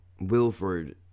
wilford